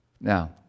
Now